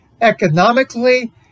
economically